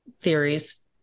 theories